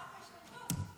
חוק ההשתמטות.